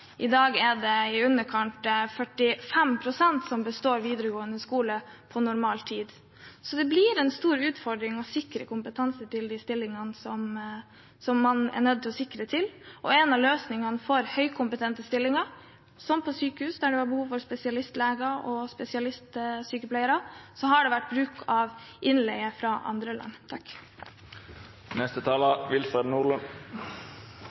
I dag er det i underkant av 45 pst. som består videregående skole på normal tid, så det blir en stor utfordring å sikre kompetanse til de stillingene man er nødt til å sikre. En av løsningene for høykompetente stillinger – som på sykehus, der man har behov for spesialistleger og spesialistsykepleiere – har vært bruk av innleie fra andre land.